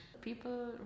People